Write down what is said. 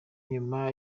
nyuma